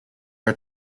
are